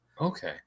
okay